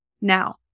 Now